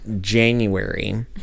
January